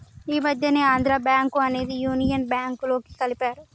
ఈ మధ్యనే ఆంధ్రా బ్యేంకు అనేది యునియన్ బ్యేంకులోకి కలిపారు